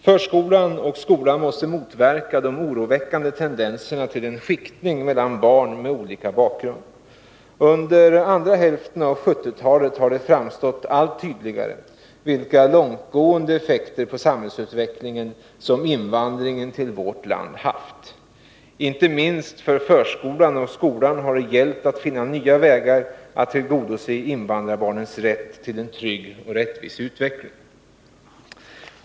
Förskolan och skolan måste motverka de oroväckande tendenserna till en skiktning mellan barn med olika bakgrund. Under andra hälften av 1970-talet har det allt tydligare framstått vilka långtgående effekter på samhällsutvecklingen som invandringen till vårt land har haft. Inte minst för förskolan och skolan har det gällt att finna nya vägar att tillgodose invandrarbarnens rätt till en trygg och rättvis utveckling.